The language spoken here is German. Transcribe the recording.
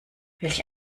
welch